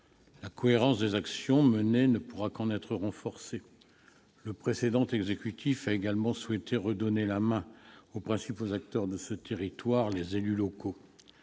La cohérence des actions menées ne pourra qu'en être renforcée. Le précédent exécutif a également souhaité redonner la main aux principaux acteurs de ce territoire, les élus locaux.